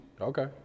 Okay